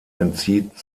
entzieht